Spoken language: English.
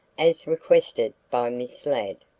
as requested by miss ladd.